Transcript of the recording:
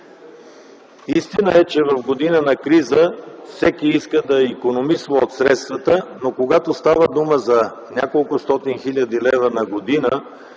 Истина е, че в година на криза всеки иска да икономисва от средствата. Но когато става дума за няколкостотин хиляди лева на година,